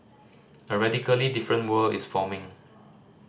a radically different world is forming